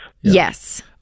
Yes